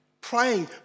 praying